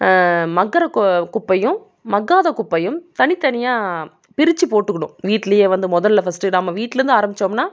மக்கற குப்பையும் மக்காத குப்பையும் தனித்தனியாக பிரிச்சு போட்டுக்கணும் வீட்டிலையே வந்து முதல்ல ஃபர்ஸ்ட்டு நம்ம வீட்டுலேருந்து ஆரமித்தோம்னா